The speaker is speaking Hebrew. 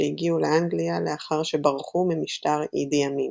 שהגיעו לאנגליה לאחר שברחו ממשטר אידי אמין.